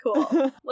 cool